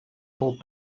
called